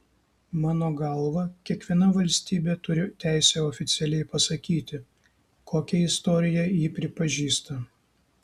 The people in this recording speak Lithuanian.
mano galva kiekviena valstybė turi teisę oficialiai pasakyti kokią istoriją ji pripažįsta